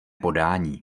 podání